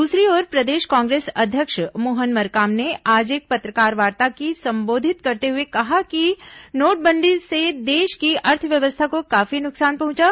दूसरी ओर प्रदेश कांग्रेस अध्यक्ष मोहन मरकाम ने आज एक पत्रकारवार्ता ाके संबोधित करते हुए कहा कि नोटबंदी से देश की अर्थव्यवस्था को काफी नुकसान पहचा